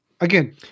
Again